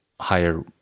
higher